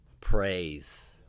praise